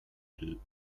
deux